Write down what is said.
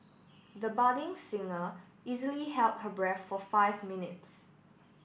the budding singer easily held her breath for five minutes